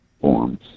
forms